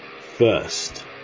first